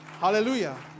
Hallelujah